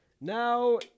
Now